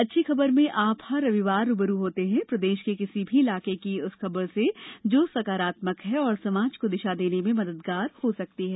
अच्छी खबर में आप हर रविवार रू ब रू होते हैं प्रदेश के किसी भी इलाके की उस खबर से जो सकारात्मक है और समाज को दिशा देने में मददगार हो सकती है